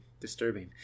disturbing